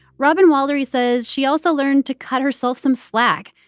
robyn walery says she also learned to cut herself some slack,